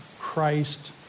Christ